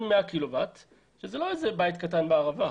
100 קילוואט שזה לא איזה "בית קטן בערבה".